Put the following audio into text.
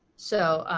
so,